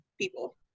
people